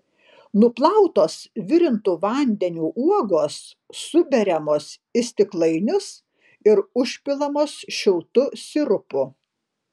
nuplautos virintu vandeniu uogos suberiamos į stiklainius ir užpilamos šiltu sirupu